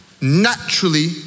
naturally